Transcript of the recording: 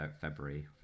february